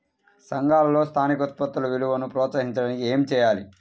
సంఘాలలో స్థానిక ఉత్పత్తుల విలువను ప్రోత్సహించడానికి ఏమి చేయాలి?